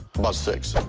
about six?